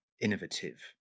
innovative